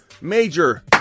Major